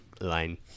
line